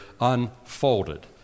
unfolded